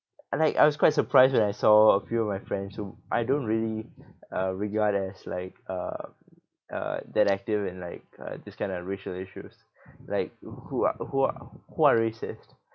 like I was quite surprised when I saw a few of my friends who I don't really uh regard as like uh uh that active in like uh this kind of racial issues like who are who are who are racist